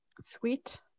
sweet